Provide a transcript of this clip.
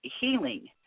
healing